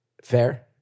Fair